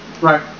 Right